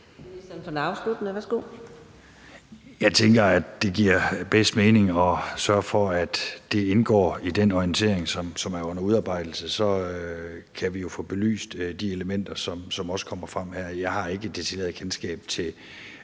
Jeg tænker, at det giver bedst mening at sørge for, at det indgår i den orientering, som er under udarbejdelse. Så kan vi jo få belyst de elementer, som også kommer frem her. Jeg har ikke decideret kendskab til